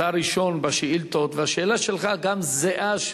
ואתה הראשון בשאילתות, והשאילתא שלך זהה.